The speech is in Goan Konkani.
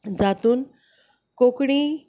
जातूंत कोंकणी